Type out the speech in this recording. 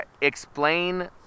explain